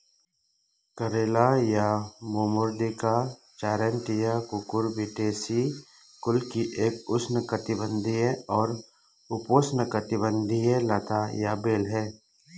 करेला या Momordica charantia Cucurbitaceae कुल की एक उष्णकटिबंधीय और उपोष्णकटिबंधीय लता या बेल है